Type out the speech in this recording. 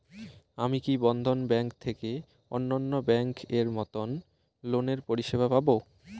আমি কি বন্ধন ব্যাংক থেকে অন্যান্য ব্যাংক এর মতন লোনের পরিসেবা পাব?